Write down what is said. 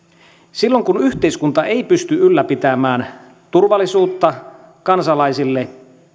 silloin kun yhteiskunta ei pysty ylläpitämään turvallisuutta kansalaisille